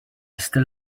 still